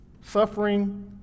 Suffering